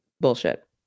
Bullshit